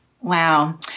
Wow